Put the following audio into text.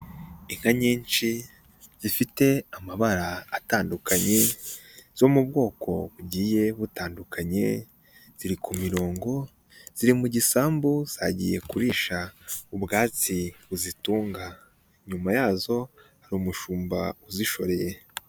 Inka nyinshi, zifite amabara atandukanye zo mu bwoko bugiye butandukanye, ziri ku mirongo, ziri mu gisambu, zagiye kurisha ubwatsi buzitunga, inyuma yazo hari umushumba uzishoreye.